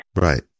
Right